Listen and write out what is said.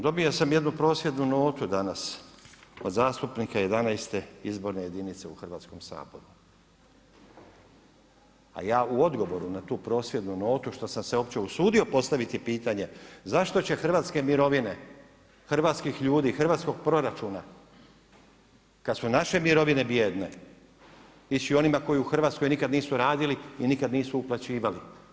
Dobio sam jednu prosvjednu notu danas od zastupnika 11. izborne jedinice u Hrvatskom saboru a ja u odgovoru na tu prosvjednu notu što sam se uopće usudio postaviti pitanje zašto će hrvatske mirovine, hrvatskih ljudi, hrvatskog proračuna kada su i naše mirovine bijedne ići i onima koji u Hrvatskoj nikada nisu radili i nikada nisu uplaćivali.